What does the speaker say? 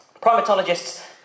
Primatologists